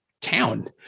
town